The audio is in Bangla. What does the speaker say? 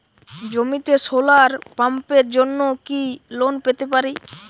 জমিতে সোলার পাম্পের জন্য কি লোন পেতে পারি?